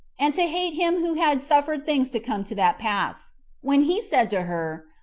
and to hate him who had suffered things to come to that pass when he said to her,